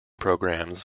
programs